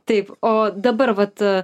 taip o dabar vat